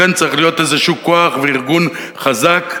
לכן צריך להיות איזשהו כוח וארגון חזק,